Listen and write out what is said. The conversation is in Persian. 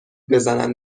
بزنن